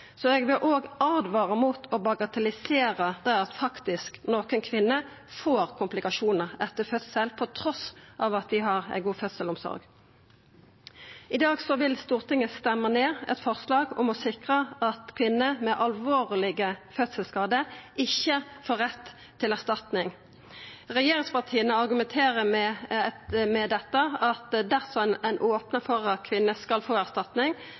eg vil åtvara mot å bagatellisera det at nokre kvinner faktisk får komplikasjonar etter fødsel, trass i at vi har ei god fødselsomsorg. I dag vil Stortinget stemma ned eit forslag om å sikra at kvinner med alvorlege fødselsskadar får rett til erstatning. Regjeringspartia argumenterer med at dersom ein opnar for at kvinner skal få erstatning